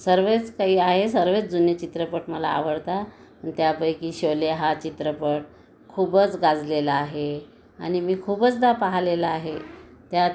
सर्वच काही आहे सर्वच जुने चित्रपट मला आवडतात आणि त्यापैकी शोले हा चित्रपट खूपच गाजलेला आहे आणि मी खूपचदा पाहिलेला आहे त्यात